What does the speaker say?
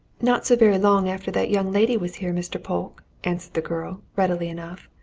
not so very long after that young lady was here, mr. polke, answered the girl, readily enough.